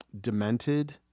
Demented